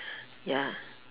ya